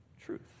truth